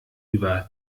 über